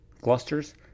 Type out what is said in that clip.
clusters